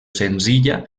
senzilla